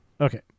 Okay